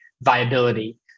viability